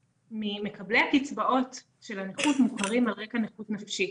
ממקבלי הקצבאות של הנכות מוכרים על רגע נכות נפשית.